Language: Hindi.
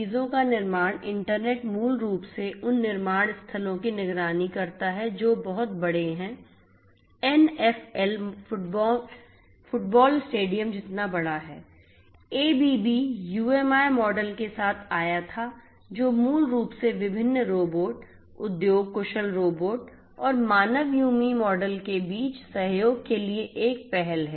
चीजों का निर्माण इंटरनेट मूल रूप से उन निर्माण स्थलों की निगरानी करता है जो बहुत बड़े हैं एनएफएल फुटबॉल स्टेडियम जितना बड़ा है एबीबी यूएमआई मॉडल के साथ आया था जो मूल रूप से विभिन्न रोबोट उद्योग कुशल रोबोट और मानव यूमी मॉडल के बीच सहयोग के लिए एक पहल है